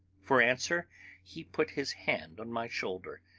for answer he put his hand on my shoulder,